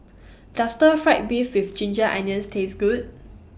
Does Stir Fried Beef with Ginger Onions Taste Good